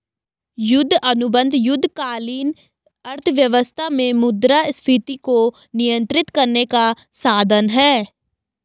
युद्ध अनुबंध युद्धकालीन अर्थव्यवस्था में मुद्रास्फीति को नियंत्रित करने का साधन हैं